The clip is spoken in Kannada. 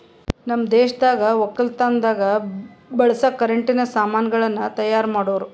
ನಮ್ ದೇಶದಾಗ್ ವಕ್ಕಲತನದಾಗ್ ಬಳಸ ಕರೆಂಟಿನ ಸಾಮಾನ್ ಗಳನ್ನ್ ತೈಯಾರ್ ಮಾಡೋರ್